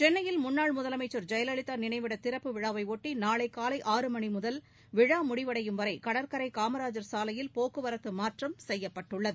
சென்னையில் முன்னாள் முதலமைச்சா் ஜெயலலிதா நினைவிட திறப்பு விழாவையொட்டி நாளை காலை ஆறு மணி முதல் விழா முடிவடையும் வரை கடற்கரை காமராஜ் சாலையில் போக்குவரத்து மாற்றம் செய்யப்பட்டுள்ளது